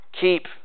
keep